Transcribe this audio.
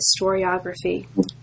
historiography